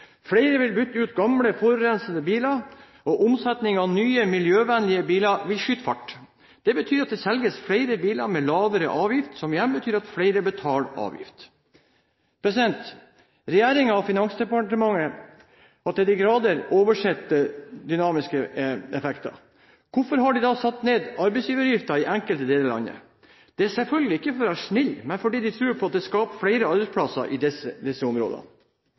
Flere vil bytte ut gamle, forurensende biler, og omsetningen av nye miljøvennlige biler vil skyte fart. Det betyr at det selges flere biler med lavere avgift, som igjen betyr at flere betaler avgift. Når regjeringen og Finansdepartement til de grader har oversett dynamiske effekter, hvorfor har de da satt ned arbeidsgiveravgiften i enkelte deler av landet? Det er selvfølgelig ikke for å være snille, men fordi de tror at det skaper flere arbeidsplasser i disse områdene.